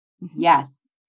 Yes